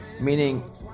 meaning